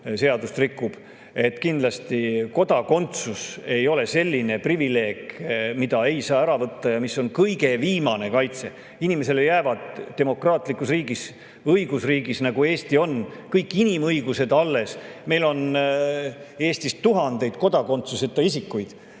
seadust rikub. Kindlasti ei ole kodakondsus selline privileeg, mida ei saa ära võtta ja mis on kõige viimane kaitse. Inimesele jäävad demokraatlikus riigis, õigusriigis, nagu Eesti on, kõik inimõigused alles. Meil on Eestis tuhandeid kodakondsuseta isikuid